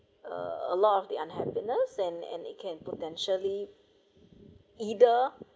eliminate uh a lot of the unhappiness and and it can potentially